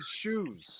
shoes